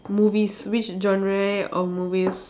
movies which genre of movies